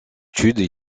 études